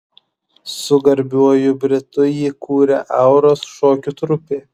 su garbiuoju britu jį kūrė auros šokio trupė